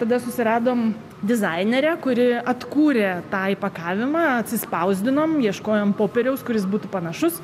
tada susiradom dizainerę kuri atkūrė tą įpakavimą atsispausdinom ieškojom popieriaus kuris būtų panašus